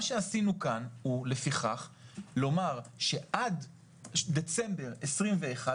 שעשינו כאן הוא לפיכך לומר שעד דצמבר 21',